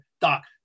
Doc